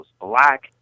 black